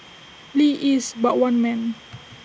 lee is but one man